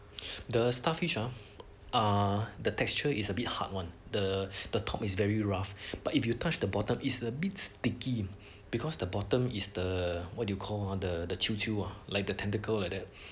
the starfish ah uh the texture is a bit hard one the the top is very rough but if you touch the bottom it's the bit sticky because the bottom is the what do you call ah the the chu chu ah like the tentacle like that